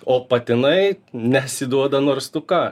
o patinai nesiduoda nors tu ką